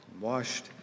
washed